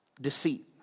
deceit